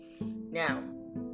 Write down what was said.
now